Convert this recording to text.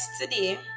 today